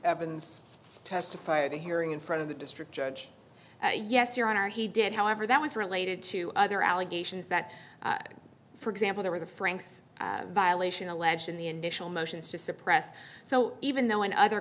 evans testified to hearing in front of the district judge yes your honor he did however that was related to other allegations that for example there was a franks violation alleged in the initial motions to suppress so even though in other